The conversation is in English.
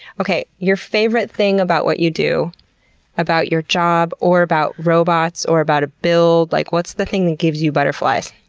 okay. your favorite thing about what you do about your job, or about robots, or about a build. like what's the thing that gives you butterflies?